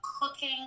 cooking